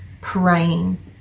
praying